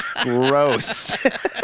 Gross